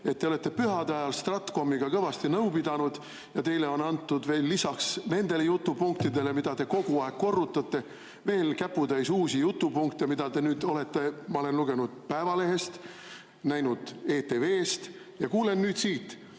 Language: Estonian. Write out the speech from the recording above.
et te olete pühade ajal stratkomiga kõvasti nõu pidanud ja teile on antud lisaks nendele jutupunktidele, mida te kogu aeg korrutate, veel käputäis uusi jutupunkte. Ma olen neid lugenud Päevalehest, näinud ETV-st ja kuulen nüüd siit.